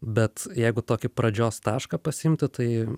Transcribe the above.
bet jeigu tokį pradžios tašką pasiimti tai